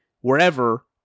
wherever